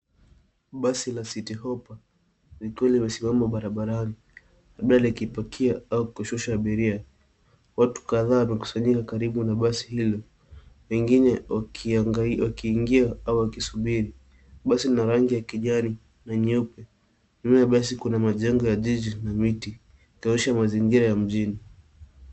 Basi la Citi Hoppa likiwa limesimama barabarani labda likipakia au kushusha abiria. Watu kadhaa wamekusanyika karibu na basi hilo wengine wakiingia au wakisubiri. Basi lina rangi ya kijani na nyeupe. Nyuma ya basi kuna majengo ya jiji na miti ikionyesha mazingira ya mjini.